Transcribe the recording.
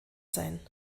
sein